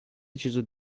deciso